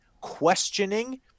questioning –